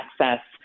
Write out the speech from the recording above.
access